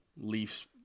leafs